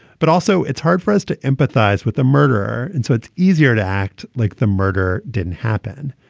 but also it's hard for us to empathize with the murderer. and so it's easier to act like the murder didn't happen.